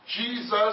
Jesus